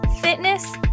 fitness